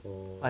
orh